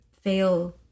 fail